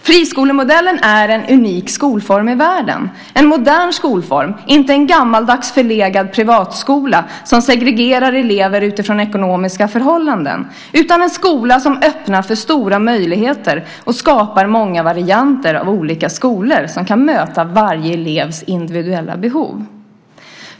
Friskolemodellen är en unik skolform i världen, en modern skolform, inte en gammaldags förlegad privatskola som segregerar elever utifrån ekonomiska förhållanden utan en skola som öppnar för stora möjligheter och skapar många varianter av olika skolor som kan möta varje elevs individuella behov.